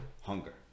hunger